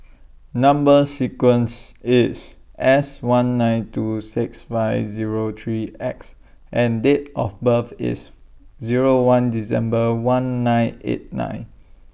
Number sequence IS S one nine two six five Zero three X and Date of birth IS Zero one December one nine eight nine